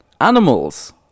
animals